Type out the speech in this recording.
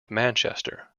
manchester